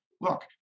look